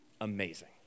amazing